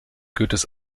goethes